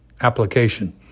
Application